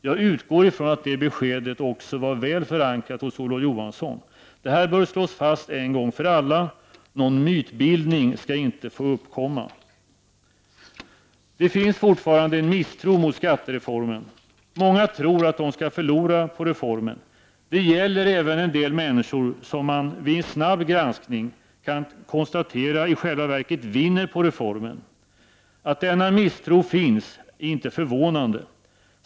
Jag utgår från att det beskedet var väl förankrat också hos Olof Johansson. Detta bör slås fast en gång för alla. Någon mytbildning skall inte få uppkomma. Det finns fortfarande en misstro mot skattereformen. Många tror att de skall förlora på reformen, Det gäller även människor som — det kan man vid en snabb granskning konstatera — i själva verket vinner på reformen. Att denna misstro finns är inte förvånande.